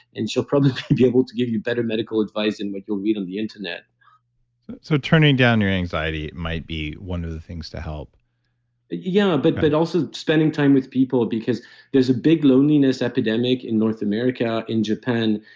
and she'll probably be able to give you better medical advice than what you'll read on the internet so, turning down your anxiety might be one of the things to help yeah, but but also spending time with people, because there's a big loneliness epidemic in north america, in japan,